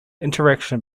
interaction